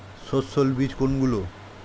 সস্যল বীজ কোনগুলো?